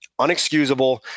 unexcusable